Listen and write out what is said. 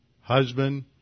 husband